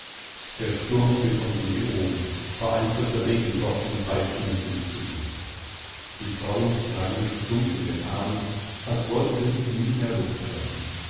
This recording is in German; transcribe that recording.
der sturm pfiff uns um die ohren vereinzelte regentropfen peitschten uns ins gesicht die frauen lagen sich stumm in den armen als wollten sie sich nie mehr loslassen